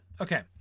Okay